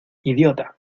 idiota